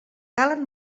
calen